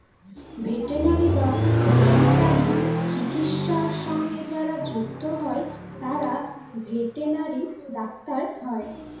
veterinary বা পশুপ্রাণী চিকিৎসা সঙ্গে যারা যুক্ত হয় তারা ভেটেনারি ডাক্তার হয়